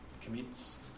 commits